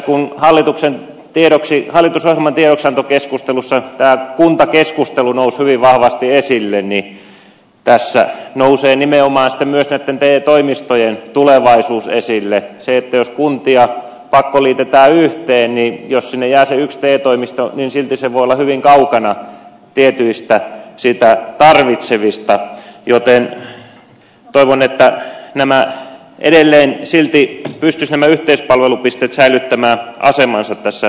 kun hallitusohjelman tiedoksiantokeskustelussa tämä kuntakeskustelu nousi hyvin vahvasti esille niin tässä nousee nimenomaan sitten myös näitten te toimistojen tulevaisuus esille se että jos kuntia pakkoliitetään yhteen ja jos sinne jää se yksi te toimisto silti se voi olla hyvin kaukana tietyistä sitä tarvitsevista joten toivon että edelleen silti pystyisivät nämä yhteispalvelupisteet säilyttämään asemansa tässä verkossa